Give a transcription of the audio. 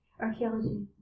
archaeology